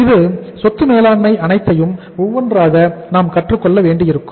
இந்த சொத்து மேலாண்மை அனைத்தையும் ஒவ்வொன்றாக நாம் கற்றுக் கொள்ள வேண்டியிருக்கும்